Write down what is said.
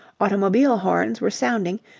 automobile horns were sounding,